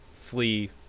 flee